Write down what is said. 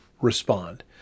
respond